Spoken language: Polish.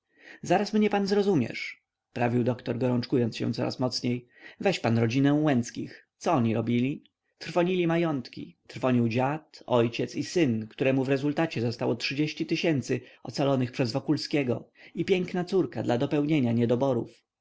zaraz mnie pan zrozumiesz prawił doktor gorączkując się coraz mocniej weź pan rodzinę łęckich co oni robili trwonili majątki trwonił dziad ojciec i syn któremu w rezultacie zostało tysięcy ocalonych przez wokulskiego i piękna córka dla dopełnienia niedoborów